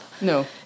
No